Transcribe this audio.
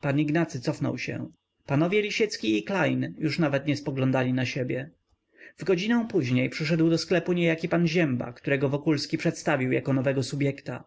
pan ignacy cofnął się panowie lisiecki i klejn już nawet nie spoglądali na siebie w godzinę później przyszedł do sklepu niejaki pan zięba którego wokulski przedstawił jako nowego subjekta